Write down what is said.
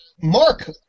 Mark